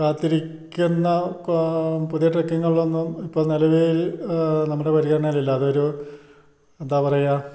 കാത്തിരിക്കുന്ന പുതിയ ട്രക്കിംഗുകളൊന്നും ഇപ്പോൾ നിലവിൽ നമ്മുടെ പരിഗണനയിലില്ല അതൊരു എന്താ പറയുക